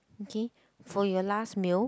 okay for your last meal